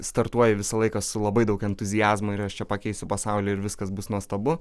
startuoji visą laiką labai daug entuziazmo ir aš čia pakeisiu pasaulį ir viskas bus nuostabu